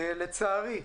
לצערי,